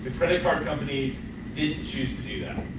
but credit card companies didn't choose to do that.